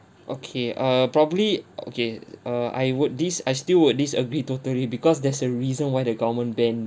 okay uh probably uh okay err I would dis~ I still would disagree totally because there's a reason why the government banned